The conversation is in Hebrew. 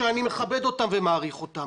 שאני מכבד אותם ומעריך אותם,